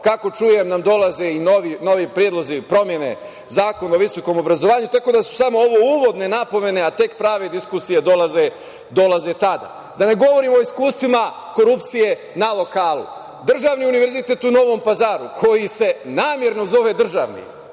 kako čujem nam dolaze i novi predlozi promene Zakona o visokom obrazovanju, tako da su samo ovo uvodne napomene, a tek prave diskusije dolaze tada. Da ne govorim o iskustvima korupcije na lokalu. Državni univerzitet u Novom Pazaru koji se namerno zove državni,